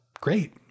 great